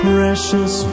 Precious